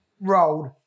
rolled